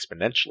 exponentially